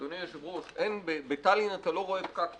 אדוני היושב ראש, בטאלין אתה לא רואה פקק תנועה,